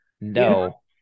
no